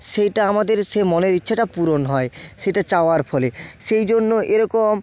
সেইটা আমাদের সে মনের ইচ্ছাটা পূরণ হয় সেটা চাওয়ার ফলে সেই জন্য এরকম